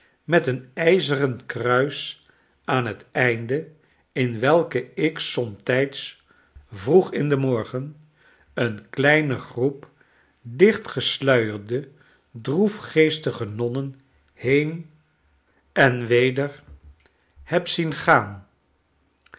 als een galerij meteen ijzeren kruis aan het einde in welke ik somtijds vroeg in den morgen een kleine groep dicht gesluierde droefgeestige nonnen heen en weder heb zien gaan